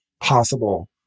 possible